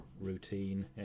routine